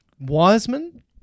Wiseman